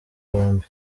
bombi